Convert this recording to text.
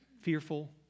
fearful